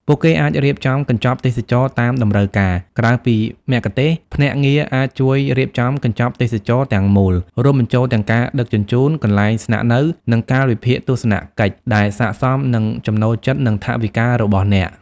ពួកគេអាចរៀបចំកញ្ចប់ទេសចរណ៍តាមតម្រូវការ ក្រៅពីមគ្គុទ្ទេសក៍ ភ្នាក់ងារអាចជួយរៀបចំ កញ្ចប់ទេសចរណ៍ ទាំងមូល រួមបញ្ចូលទាំងការដឹកជញ្ជូន កន្លែងស្នាក់នៅ និងកាលវិភាគទស្សនកិច្ច ដែលស័ក្តិសមនឹងចំណូលចិត្ត និងថវិការបស់អ្នក។